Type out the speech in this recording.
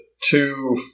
two